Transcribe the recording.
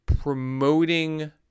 promoting